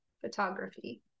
photography